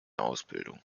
ausbildung